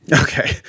Okay